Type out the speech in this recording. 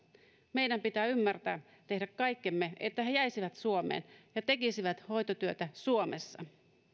meidän pitää ymmärtää tehdä kaikkemme että he jäisivät suomeen ja tekisivät hoitotyötä suomessa